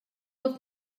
pot